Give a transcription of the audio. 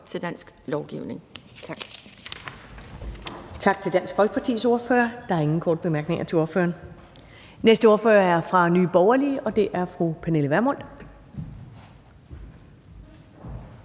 til dansk lovgivning. Tak.